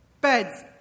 beds